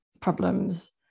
problems